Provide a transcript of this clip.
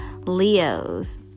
Leo's